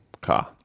car